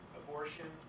abortion